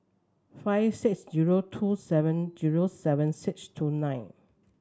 five six zero two seven zero seven six two nine